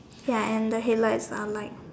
ya and the headlights are like